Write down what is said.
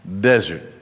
Desert